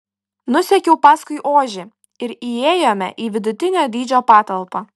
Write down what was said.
nusekiau paskui ožį ir įėjome į vidutinio dydžio patalpą